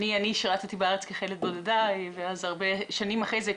אני שירתי בארץ כחיילת בודדה ואז הרבה שנים אחרי זה,